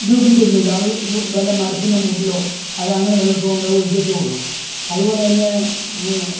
ഉപയോഗിക്കത്തൊന്നുമില്ല അത് വല്ല മരത്തിൻ്റെ മൂട്ടിലോ അല്ലേ അങ്ങനെ വല്ലടത്തും കൊണ്ടുപോയി ഒഴിക്കത്തേ ഉള്ളു അതുപോലെ തന്നെ ഈ